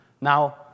now